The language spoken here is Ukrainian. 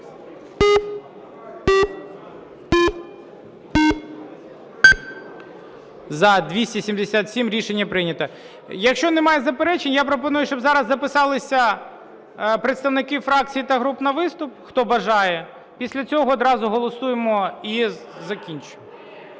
За-277 Рішення прийнято. Якщо не має заперечень, я пропоную, щоб зараз записалися представники фракцій та груп на виступ, хто бажає, після цього одразу голосуємо і закінчуємо.